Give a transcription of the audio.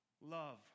love